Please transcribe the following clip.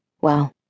Well